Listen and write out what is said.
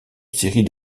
série